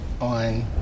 on